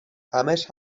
همش